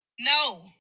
No